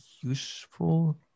useful